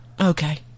Okay